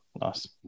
nice